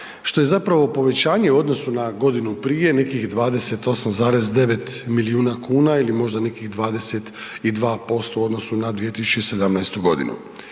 što je zapravo povećanje u odnosu na godinu prije nekih 28,9 milijuna kuna ili možda nekih 22% u odnosu na 2017. g.